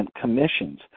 commissions